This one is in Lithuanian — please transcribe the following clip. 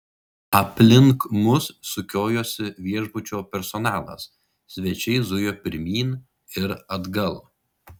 aplink mus sukiojosi viešbučio personalas svečiai zujo pirmyn ir atgal